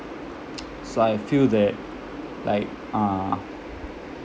so I feel that like uh